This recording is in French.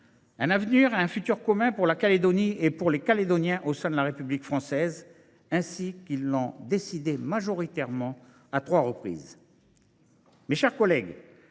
Un avenir commun pour la Calédonie et pour les Calédoniens au sein de la République française, ainsi qu’ils l’ont décidé majoritairement à trois reprises.